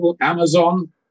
Amazon